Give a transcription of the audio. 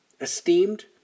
esteemed